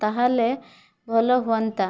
ତା'ହେଲେ ଭଲ ହୁଅନ୍ତା